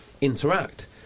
interact